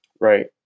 Right